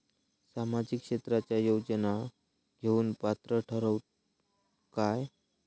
सामाजिक क्षेत्राच्या योजना घेवुक पात्र ठरतव काय?